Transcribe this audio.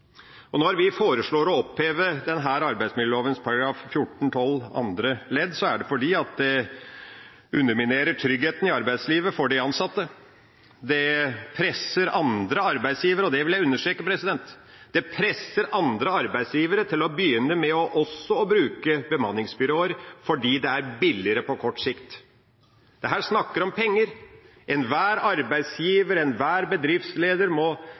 fordi den underminerer tryggheten i arbeidslivet for de ansatte, og den presser andre arbeidsgivere – og det vil jeg understreke – til også å begynne å bruke bemanningsbyråer, fordi det billigere på kort sikt. Dette er snakk om penger. Enhver arbeidsgiver, enhver bedriftsleder må